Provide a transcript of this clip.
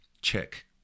Check